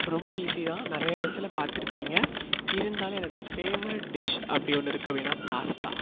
ரொம்ப ஈசியாக நிறைய இடத்துல பார்த்துருப்பீங்க இருந்தாலும் என்னுடைய ஃபேவரெட் டிஷ் அப்படி ஒன்று இருக்கு அப்படினா பாஸ்தா